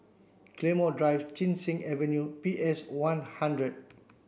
Claymore Drive Chin Cheng Avenue and P S One hundred